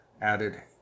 added